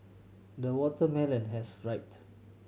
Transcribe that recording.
the watermelon has ripe